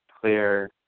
clear